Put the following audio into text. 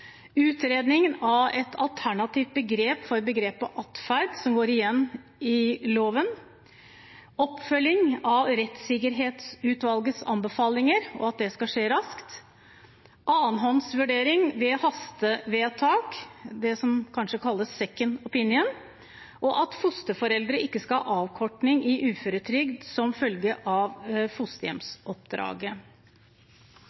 av et alternativt begrep til begrepet «atferd», som går igjen i loven oppfølging av rettssikkerhetsutvalgets anbefalinger og at det skal skje raskt annenhånds vurdering ved hastevedtak – det som kanskje kalles «second opinion» at fosterforeldre ikke skal ha avkortning i uføretrygd som følge av